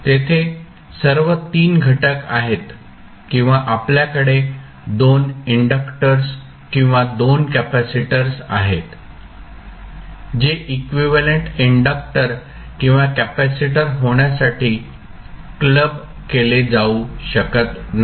तेथे सर्व 3 घटक आहेत किंवा आपल्याकडे 2 इंडक्टर्स किंवा 2 कॅपेसिटर्स आहेत जे इक्विव्हॅलेंट इंडक्टर किंवा कॅपेसिटर होण्यासाठी क्लब केले जाऊ शकत नाही